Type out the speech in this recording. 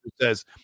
says